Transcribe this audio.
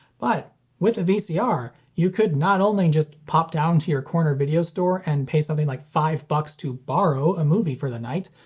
but with a vcr, you could not only just pop down to your corner video store, and pay something like five dollars but to borrow a movie for the night,